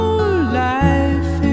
life